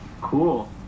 Cool